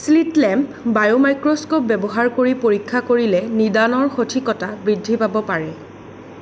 slit lamp biomicroscope ব্যৱহাৰ কৰি পৰীক্ষা কৰিলে নিদানৰ সঠিকতা বৃদ্ধি পাব পাৰে